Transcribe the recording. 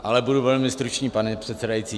Ano, ale budu velmi stručný, pane předsedající.